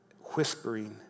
whispering